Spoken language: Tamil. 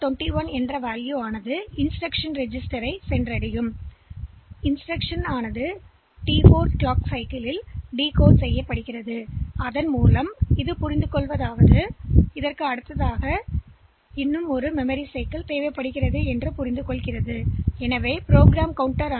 21 ஹெக்ஸ் இன்ஸ்டிரக்ஷன் பதிவேட்டில் வருகிறது இன்ஸ்டிரக்ஷன் டிகோடிங்சைக்கிள்யில் T4செய்யப்படுகிறது அது முடிந்ததும்பெற எனக்கு அதிக மெமரி சைக்கிள்கள் தேவை என்பதை அது புரிந்துகொள்கிறது முழு இன்ஸ்டிரக்ஷன்ப்